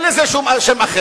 אין לזה שם אחר.